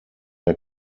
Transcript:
der